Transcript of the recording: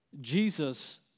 Jesus